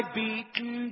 beaten